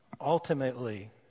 ultimately